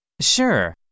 Sure